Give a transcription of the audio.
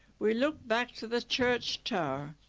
we look back to the church tower.